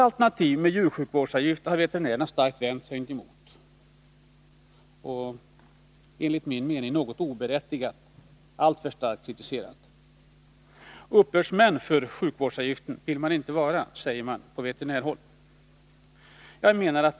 Alternativet med djursjukvårdsavgift har veterinärerna med skärpa vänt sig emot och, enligt min mening, något oberättigat starkt kritiserat. Uppbördsmän för djursjukvårdsavgiften vill vi inte vara, säger man på veterinärhåll.